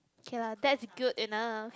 okay lah that's good enough